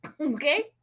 okay